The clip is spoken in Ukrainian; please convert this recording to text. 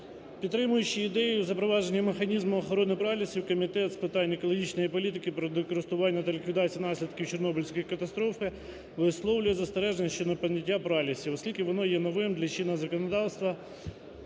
Підтримуючи ідею запровадження механізму охорони пралісів, Комітет з питань екологічної політики, природокористування та ліквідації наслідків Чорнобильської катастрофи висловлює застереження що… прийняття пралісів, оскільки воно є новим для чинного законодавства.